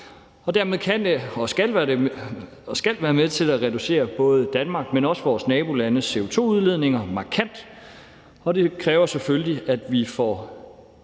og dermed kan og skal CCS være med til at reducere både Danmarks, men også vores nabolandes CO2-udledninger markant, og det kræver selvfølgelig, at vi får